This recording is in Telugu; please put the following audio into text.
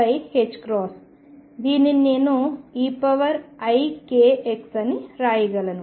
దీనిని నేను eikx అని రాయగలను